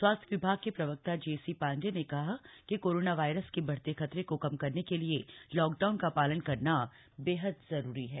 स्वास्थ्य विभाग के प्रवक्ता जे सी पांडेय ने कहा कि कोरोना वायरस के बढ़ते खतरे को कम करने के लिए लॉकडाउन का पालन करना बेहद जरूरी है